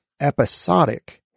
episodic